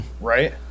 right